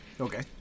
Okay